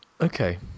Okay